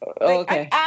Okay